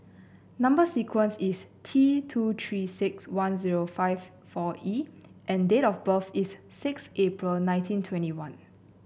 number sequence is T two Three six one zero five four E and date of birth is six April nineteen twenty one